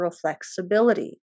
flexibility